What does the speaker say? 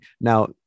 now